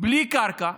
בלי קרקע?